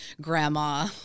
grandma